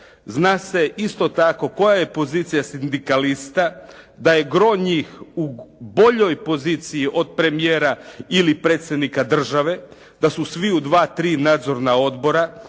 zna se isto tako koja je pozicija sindikalista, da je gro njih u boljoj poziciji od premijera ili predsjednika države, da su svi u dva, tri nadzorna odbora,